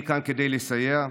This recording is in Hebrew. אני כאן כדי לסייע,